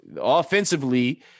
Offensively